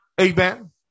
Amen